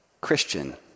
Christian